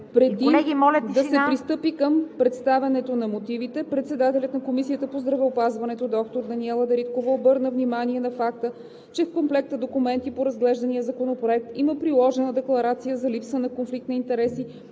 Преди да се пристъпи към представянето на мотивите председателят на Комисията по здравеопазването доктор Даниела Дариткова обърна внимание на факта, че в комплекта документи по разглеждания законопроект има приложена Декларация за липса на конфликт на интереси